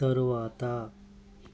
తరువాత